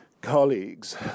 colleagues